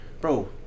bro